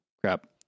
crap